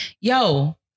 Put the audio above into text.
yo